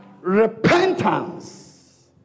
repentance